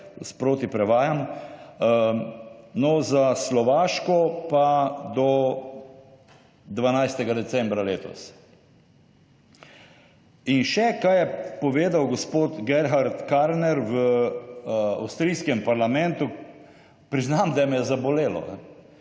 sproti prevajam. Za Slovaško pa do 12. decembra letos. In še, kaj je povedal gospod Gerhard Karner v avstrijskem parlamentu. Priznam, da me je zabolelo.